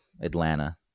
Atlanta